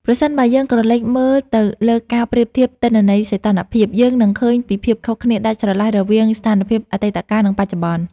ប្រសិនបើយើងក្រឡេកមើលទៅលើការប្រៀបធៀបទិន្នន័យសីតុណ្ហភាព យើងនឹងឃើញពីភាពខុសគ្នាដាច់ស្រឡះរវាងស្ថានភាពអតីតកាល និងបច្ចុប្បន្ន។